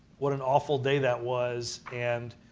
what an awful day that was and